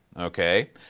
okay